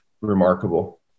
remarkable